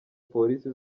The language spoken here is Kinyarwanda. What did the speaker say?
polisi